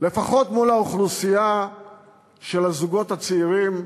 לפחות מול האוכלוסייה של הזוגות הצעירים,